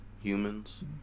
Humans